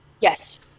Yes